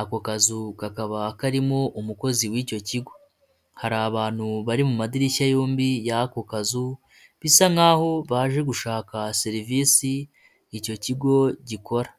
ako kazu kakaba karimo umukozi w'icyo kigo hari abantu bari mu madirishya yombi y'ako kazu bisa nk'aho baje gushaka serivisi icyo kigo gikora.